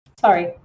Sorry